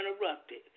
interrupted